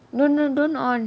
no no don't on